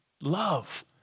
love